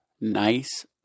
nice